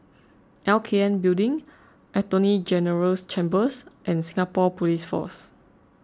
L K N Building Attorney General's Chambers and Singapore Police Force